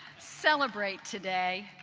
celebrate today.